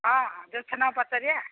ହଁ ହଁ ଜୋଛନାକୁ ପଚାରିଆ